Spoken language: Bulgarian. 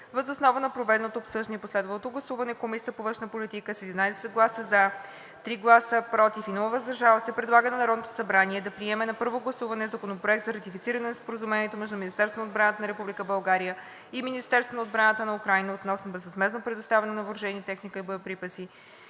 Въз основа на проведеното обсъждане и последвалото гласуване Комисията по външна политика с 11 гласа „за“, 3 гласа „против“ и без „въздържал се“ предлага на Народното събрание да приеме на първо гласуване Законопроект за ратифициране на Споразумението между Министерството на отбраната на Република България и Министерството на отбраната на Украйна относно безвъзмездно предоставяне на въоръжение, техника и боеприпаси,